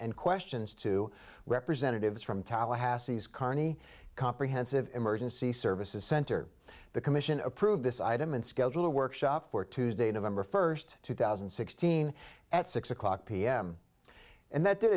and questions to representatives from tallahassee is carney comprehensive emergency services center the commission approved this item and schedule a workshop for tuesday november first two thousand and sixteen at six o'clock pm and that did